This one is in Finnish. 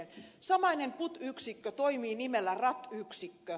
samainen put yksikkö toimii nimellä rat yksikkö